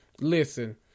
listen